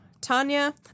Tanya